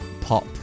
pop